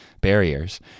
barriers